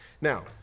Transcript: Now